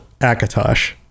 Akatosh